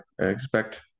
expect